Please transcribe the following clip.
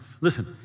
Listen